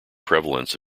prevalence